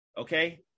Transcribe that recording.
okay